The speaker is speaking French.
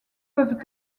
peuvent